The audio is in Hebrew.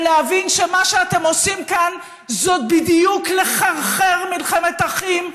ולהבין שמה שאתם עושים כאן זה בדיוק לחרחר מלחמת אחים,